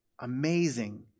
Amazing